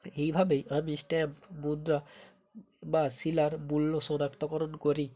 এইভাবেই আমি স্ট্যাম্প মুদ্রা বা শিলার মূল্য শনাক্তকরণ করি